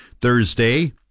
Thursday